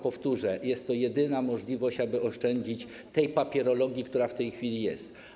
Powtórzę: jest to jedyna możliwość, aby oszczędzić tej papierologii, która w tej chwili jest.